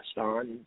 on